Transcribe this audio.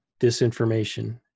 disinformation